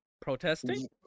Protesting